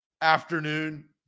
afternoon